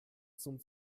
zum